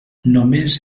només